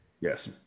Yes